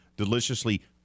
deliciously